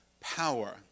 power